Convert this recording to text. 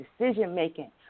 decision-making